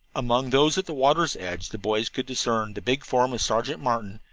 among those at the water's edge the boys could discern the big form of sergeant martin,